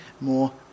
more